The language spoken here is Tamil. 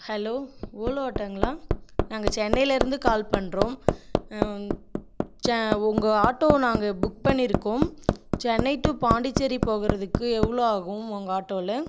ஹலோ ஓலோ ஆட்டோங்களா நாங்கள் சென்னையிலேருந்து கால் பண்ணுறோம் ச உங்கள் ஆட்டோவை நாங்கள் புக் பண்ணியிருக்கோம் சென்னை டு பாண்டிச்சேரி போகிறதுக்கு எவ்வளோ ஆகும் உங்கள் ஆட்டோவில்